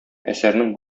әсәрнең